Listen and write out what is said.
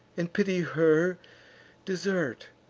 and pity her desert.